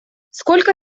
сколько